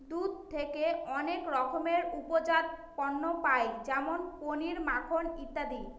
দুধ থেকে অনেক রকমের উপজাত পণ্য পায় যেমন পনির, মাখন ইত্যাদি